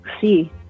see